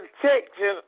protection